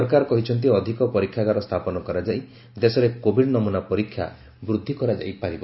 ସରକାର କହିଛନ୍ତି ଅଧିକ ପରୀକ୍ଷାଗାର ସ୍ଥାପନ କରାଯାଇ ଦେଶରେ କୋଭିଡ୍ ନମୁନା ପରୀକ୍ଷା ବୃଦ୍ଧି କରାଯାଇ ପାରିବ